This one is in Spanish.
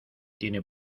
tiene